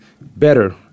Better